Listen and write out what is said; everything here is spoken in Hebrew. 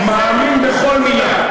מאמין בכל מילה.